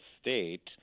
state